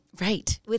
Right